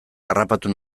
harrapatu